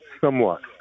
somewhat